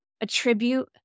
attribute